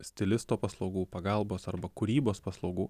stilisto paslaugų pagalbos arba kūrybos paslaugų